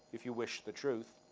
if you wish the truth.